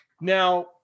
Now